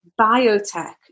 biotech